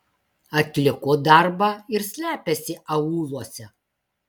atliko darbą ir slepiasi aūluose